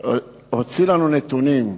הוציא לנו נתונים.